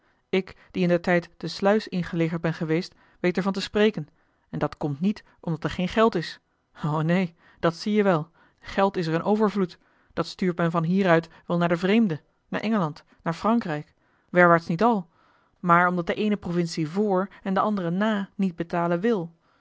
ik die indertijd te sluis ingelegerd ben geweest weet er van te spreken en dat komt niet omdat er geen geld is o neen dat zie je wel geld is er in overvloed dat stuurt men van hieruit wel naar den vreemde naar engeland naar frankrijk werwaarts niet a l g bosboom-toussaint de delftsche wonderdokter eel maar omdat de eene provincie voor en de andere na niet betalen wil